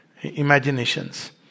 imaginations